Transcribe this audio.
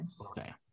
Okay